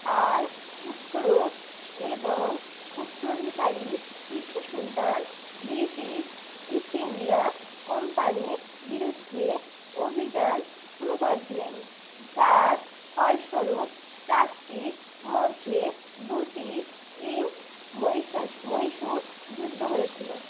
তাঁর পুত্র এবং উত্তরাধিকারী Tipu Sultan British East India কোম্পানির বিরুদ্ধে অভিযান শুরু করেছিলেন যার ফলস্বরূপ চারটির মধ্যে দুটি ইঙ্গ মহীশূর যুদ্ধ হয়েছিলো